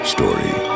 Story